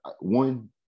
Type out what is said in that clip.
one